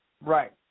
Right